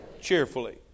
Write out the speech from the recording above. cheerfully